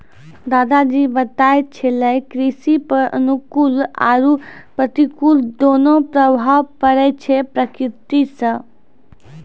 दादा जी बताय छेलै कृषि पर अनुकूल आरो प्रतिकूल दोनों प्रभाव पड़ै छै प्रकृति सॅ